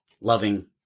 loving